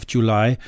July